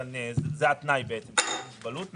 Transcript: זה התנאי בעצם, מוגבלות מסוימת.